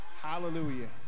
Hallelujah